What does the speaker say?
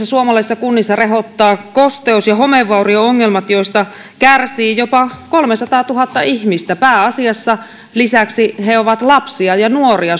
suomalaisissa kunnissa rehottavat kosteus ja homevaurio ongelmat joista kärsii jopa kolmesataatuhatta ihmistä lisäksi he ovat pääasiassa lapsia ja nuoria